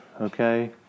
okay